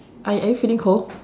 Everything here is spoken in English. ar~ are you feeling cold